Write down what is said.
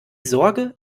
sorge